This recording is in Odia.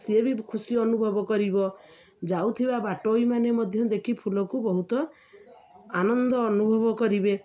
ସିଏ ବି ଖୁସି ଅନୁଭବ କରିବ ଯାଉଥିବା ବାଟୋଇମାନେ ମଧ୍ୟ ଦେଖି ଫୁଲକୁ ବହୁତ ଆନନ୍ଦ ଅନୁଭବ କରିବେ